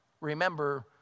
Remember